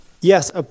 Yes